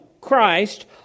Christ